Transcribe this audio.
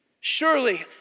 Surely